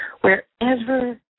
wherever